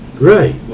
Right